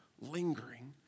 lingering